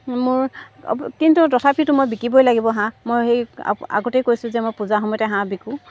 মোৰ অ কিন্তু তথাপিতো মই বিকিবই লাগিব হাঁহ মই সেই আগতেই কৈছোঁ যে মই পূজা সময়তে হাঁহ বিকোঁ